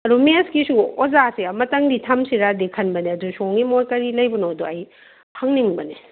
ꯑꯗꯣ ꯃꯦꯊꯁꯀꯤꯁꯨ ꯑꯣꯖꯥꯁꯦ ꯑꯃꯇꯪꯗꯤ ꯊꯝꯁꯤꯔꯗꯤ ꯈꯟꯕꯅꯦ ꯑꯗꯣ ꯁꯣꯝꯒꯤ ꯃꯣꯠ ꯀꯔꯤ ꯂꯩꯕꯅꯣꯗꯣ ꯑꯩ ꯍꯪꯅꯤꯡꯕꯅꯦ